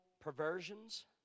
perversions